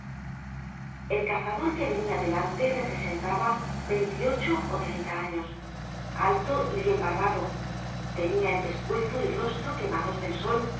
el cazador que venía delante representaba veintiocho o treinta años alto y bien barbado tenía el pescuezo y rostro quemados del sol